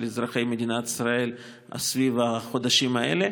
אזרחי מדינת ישראל סביב החודשים האלה,